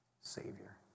Savior